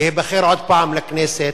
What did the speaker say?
להיבחר עוד פעם לכנסת.